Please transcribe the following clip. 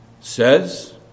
says